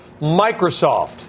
Microsoft